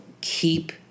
keep